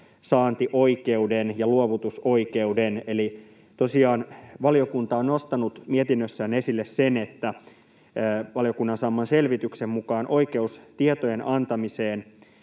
saantioikeuden ja luovutusoikeuden. Tosiaan valiokunta on nostanut mietinnössään esille sen, että valiokunnan saaman selvityksen mukaan oikeus tietojen antamiseen